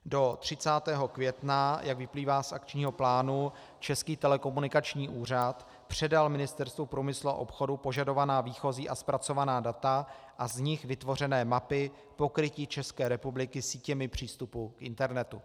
Do 30. května, jak vyplývá z akčního plánu, Český telekomunikační úřad předal Ministerstvu průmyslu a obchodu požadovaná výchozí a zpracovaná data a z nich vytvořené mapy pokrytí České republiky sítěmi přístupu k internetu.